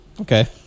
okay